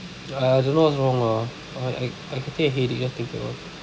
!aiya! I don't know what's wrong lah I I I getting a headache just thinking about it